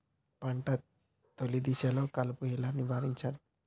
పంట తొలి దశలో కలుపు ఎలా నివారించాలి?